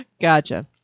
Gotcha